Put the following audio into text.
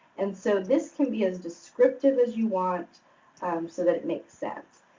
and so, this can be as descriptive as you want so that it makes sense.